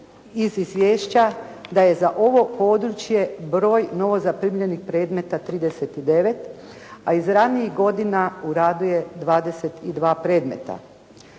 iz izvješća da je za ovo područje broj novo zaprimljenih predmeta 39, a iz ranijih godina u radu je 22 predmeta.